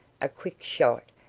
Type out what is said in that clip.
a quick shot,